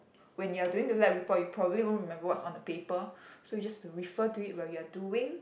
when you're doing the lab report you probably won't remember what's on the paper so you just to refer to it while you are doing